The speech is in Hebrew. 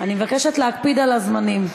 אני מבקשת להקפיד על הזמנים.